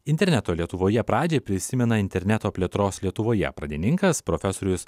interneto lietuvoje pradžią prisimena interneto plėtros lietuvoje pradininkas profesorius